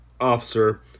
officer